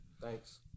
thanks